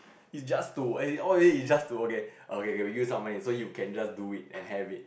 is just to as in all the way is just to okay okay K we use up mind so you can just do it and have it